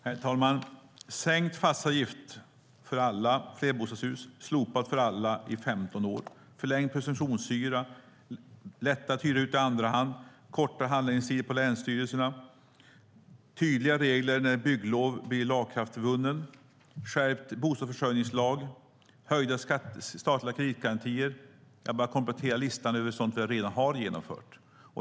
Herr talman! Sänkt fastighetsavgift för alla flerbostadshus, slopad för alla i 15 år, förlängd presumtionshyra, lättare att hyra ut i andra hand, kortare handläggningstider på länsstyrelserna, tydliga regler för när bygglov vinner laga kraft, skärpt bostadsförsörjningslag, höjda statliga kreditgarantier - jag bara kompletterar listan över sådant som vi redan har genomfört.